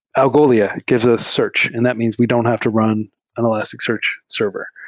algolia gives us search, and that means we don't have to run an elasticsearch server.